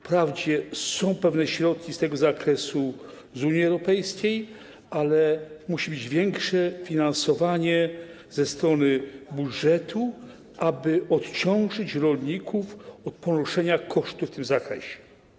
Wprawdzie są pewne środki z tego zakresu z Unii Europejskiej, ale musi być większe finansowanie ze strony budżetu, aby odciążyć rolników od ponoszenia kosztów w tym zakresie.